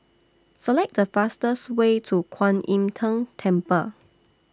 Select The fastest Way to Kwan Im Tng Temple